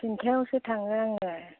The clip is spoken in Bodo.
थिनथायावसो थाङो आङो